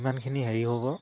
যিমানখিনি হেৰি হ'ব